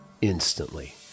instantly